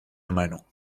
meinung